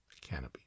Canopy